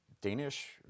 Danish